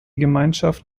gemeinschaft